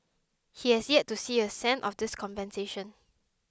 he has yet to see a cent of this compensation